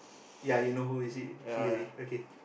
ya you know who is he he already okay